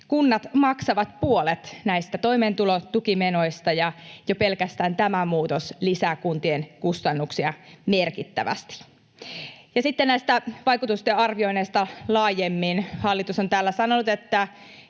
Kunnat maksavat puolet näistä toimeentulotukimenoista, ja jo pelkästään tämä muutos lisää kuntien kustannuksia merkittävästi. Ja sitten näistä vaikutusten arvioinneista laajemmin. Hallitus on täällä sanonut ja